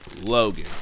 Logan